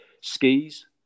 skis